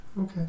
Okay